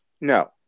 No